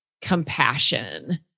compassion